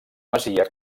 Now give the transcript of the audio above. masia